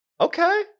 Okay